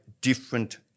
different